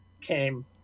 came